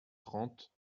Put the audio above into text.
trente